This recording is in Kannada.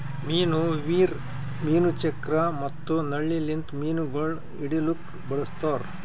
ಮೀನು ವೀರ್, ಮೀನು ಚಕ್ರ ಮತ್ತ ನಳ್ಳಿ ಲಿಂತ್ ಮೀನುಗೊಳ್ ಹಿಡಿಲುಕ್ ಬಳಸ್ತಾರ್